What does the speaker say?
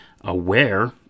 aware